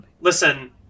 Listen